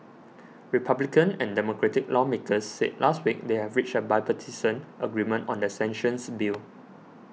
Republican and Democratic lawmakers said last week they had reached a bipartisan agreement on the sanctions bill